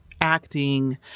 acting